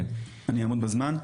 אני אעמוד בזמן,